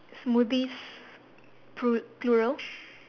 smoothies plu~ plural